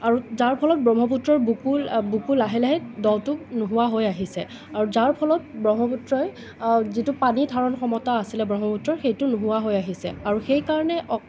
আৰু যাৰ ফলত ব্ৰহ্মপুত্ৰৰ বুকু বুকু লাহে লাহে দটো নোহোৱা হৈ আহিছে আৰু যাৰ ফলত ব্ৰহ্মপুত্ৰই যিটো পানী ধাৰণ ক্ষমতা আছিল ব্ৰহ্মপুত্ৰৰ সেইটো নোহোৱা হৈ আহিছে আৰু সেইকাৰণে